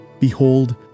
Behold